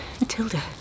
Matilda